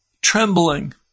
trembling